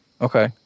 Okay